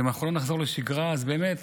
ואם אנחנו לא נחזור לשגרה אז באמת